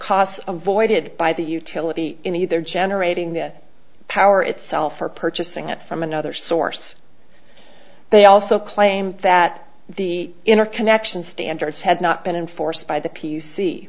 cost of voided by the utility in either generating the power itself or purchasing it from another source they also claim that the interconnection standards had not been enforced by the